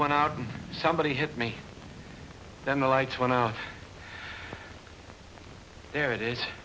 went out and somebody hit me then the lights went out there it is